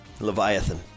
Leviathan